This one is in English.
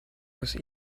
was